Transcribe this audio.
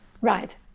Right